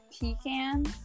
pecan